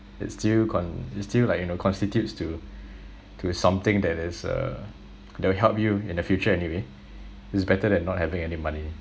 it still con~ it's still like you know constitutes to to something that is uh that will help you in the future anyway it's better than not having any money